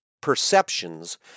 perceptions